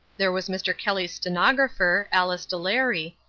there was mr. kelly's stenographer, alice delary,